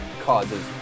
causes